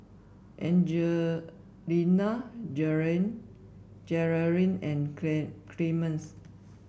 Jerrilyn and Clemens